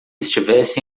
estivesse